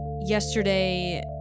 yesterday